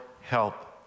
help